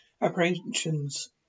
apprehensions